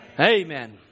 Amen